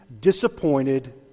disappointed